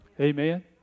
Amen